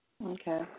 Okay